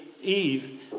Eve